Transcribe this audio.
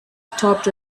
stopped